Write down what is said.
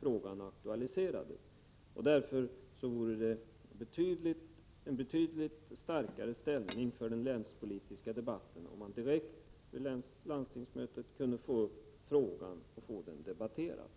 frågan aktualiserats. Därför vore det betydligt bättre för den länspolitiska debatten, om man kunde ta upp frågan direkt vid landstingsmötet och få den debatterad.